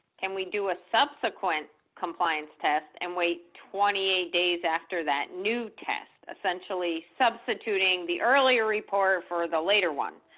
can we do a subsequent compliance test and wait twenty eight days after that new test? essentially substituting the earlier report for the later one,